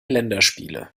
länderspiele